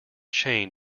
chained